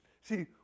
See